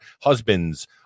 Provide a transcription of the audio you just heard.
husbands